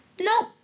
Nope